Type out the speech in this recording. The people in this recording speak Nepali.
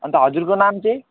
अन्त हजुरको नाम चाहिँ